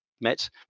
met